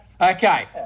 Okay